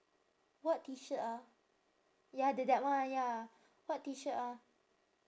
what T shirt ah ya the that one ya what T shirt ah